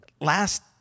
last